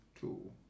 Two